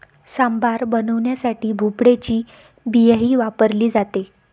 सांबार बनवण्यासाठी भोपळ्याची बियाही वापरली जाते